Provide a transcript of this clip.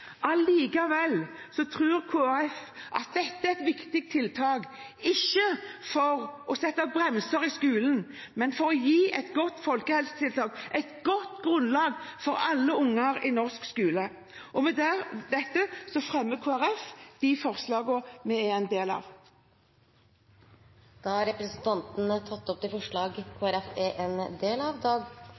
Allikevel tror Kristelig Folkeparti at dette er et viktig tiltak, ikke for å sette på bremsene i skolen, men for å gi et godt folkehelsetiltak, gi et godt grunnlag for alle unger i norsk skole. Med dette anbefaler Kristelig Folkeparti innstillingen. De Grønne vil gi sin fulle støtte til forslaget om mer fysisk aktivitet i grunnskolen. Vi